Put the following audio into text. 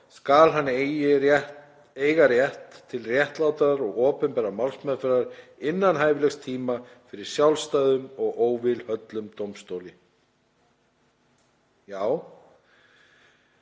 skal hann eiga rétt til réttlátrar og opinberrar málsmeðferðar innan hæfilegs tíma fyrir sjálfstæðum og óvilhöllum dómstóli.“ Já,